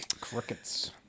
Crickets